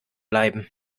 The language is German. bleiben